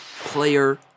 player